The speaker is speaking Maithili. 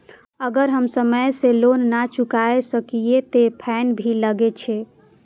अगर हम समय से लोन ना चुकाए सकलिए ते फैन भी लगे छै?